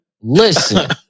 listen